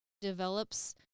develops